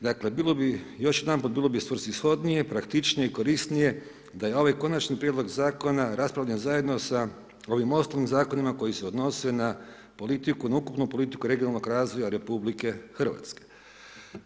Dakle, bilo bi još, jedanput bilo bi svrsishodnije, praktičnije, korisnije, da je ovaj Konačni prijedlog Zakona raspravljen zajedno sa ovim ostalim Zakonima koji se odnose na politiku, na ukupnu politiku regionalnog razvoja Republike Hrvatske.